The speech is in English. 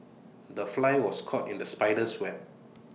the fly was caught in the spider's web